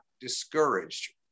discouraged